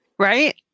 Right